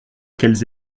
qu’elles